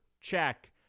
check